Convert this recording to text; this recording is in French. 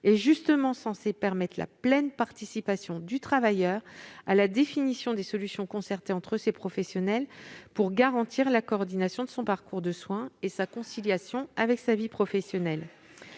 est justement censée permettre la pleine participation du travailleur à la définition des solutions concertées entre ces professionnels pour garantir la coordination de son parcours de soins et sa conciliation avec sa vie professionnelle.